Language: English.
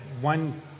one